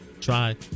Try